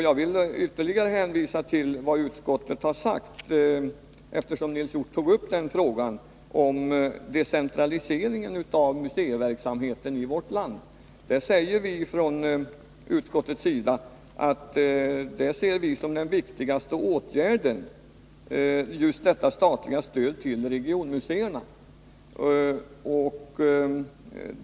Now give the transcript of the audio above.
Jag vill ytterligare hänvisa till vad utskottet har sagt, eftersom Nils Hjorth tog upp frågan om decentralisering av museiverksamheten i vårt land. Vi säger att vi ser just utbyggnaden av det statliga stödet till regionmuseerna som den viktigaste åtgärden.